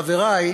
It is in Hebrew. חברי,